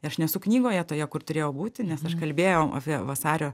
aš nesu knygoje toje kur turėjau būti nes aš kalbėjau apie vasario